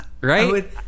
right